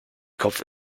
kopf